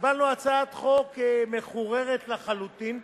קיבלנו הצעת חוק מחוררת לחלוטין,